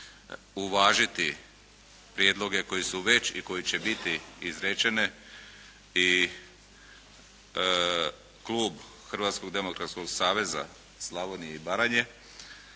uvažiti prijedloge koji su već i koji će biti izrečene i klub Hrvatskog demokratskog saveza Slavonije i Baranje